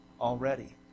already